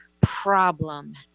problem